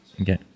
okay